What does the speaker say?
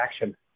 action